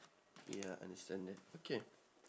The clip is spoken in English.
ya I understand that okay